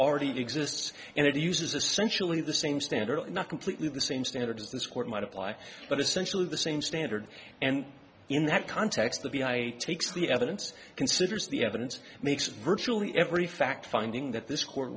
already exists and it uses a sensually the same standard not completely the same standard as this court might apply but essentially the same standard and in that context the v i i takes the evidence considers the evidence makes it virtually every fact finding that this court